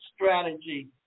strategy